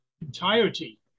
entirety